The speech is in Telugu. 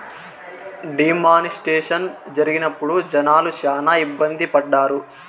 డీ మానిస్ట్రేషన్ జరిగినప్పుడు జనాలు శ్యానా ఇబ్బంది పడ్డారు